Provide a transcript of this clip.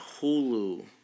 Hulu